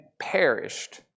perished